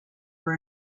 for